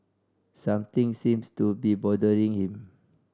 something seems to be bothering him